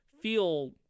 feel